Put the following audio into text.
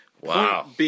Wow